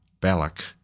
Balak